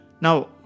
Now